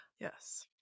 yes